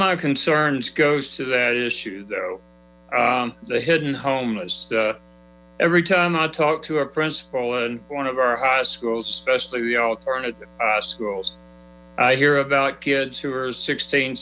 my concerns goes to that issue though the hidden homeless every time i talk to a principal in one of our high schools especially the alternate schools i hear about kids who are sixteen